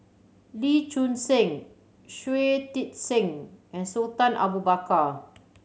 Lee Choon Seng Shui Tit Sing and Sultan Abu Bakar